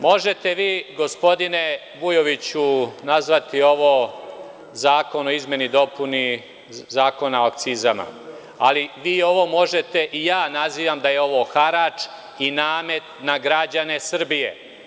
Možete vi, gospodine Vujoviću, nazvati ovo Zakon o izmeni i dopuni Zakona o akcizama, ali vi ovo možete i ja nazivam da je ovo harač i namet na građane Srbije.